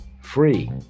Free